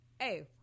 Hey